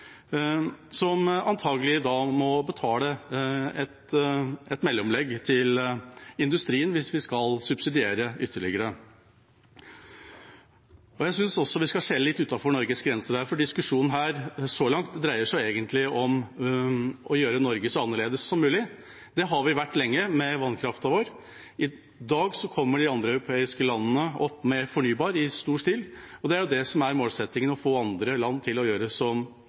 som strømkunder, som antakeligvis må betale et mellomlegg til industrien hvis vi skal subsidiere ytterligere. Jeg synes også vi skal skjele litt utenfor Norges grenser, for diskusjonen så langt dreier seg egentlig om å gjøre Norge så annerledes som mulig. Det har vi vært lenge, med vannkraften vår. I dag kommer de andre europeiske landene opp med fornybar i stor stil, og det er jo det som er målsettingen, å få andre land til å gjøre som